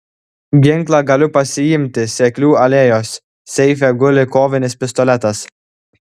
ginklą galiu pasiimti seklių alėjos seife guli kovinis pistoletas